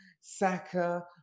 Saka